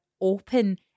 open